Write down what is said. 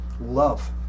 love